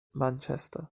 manchester